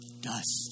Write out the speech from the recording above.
Dust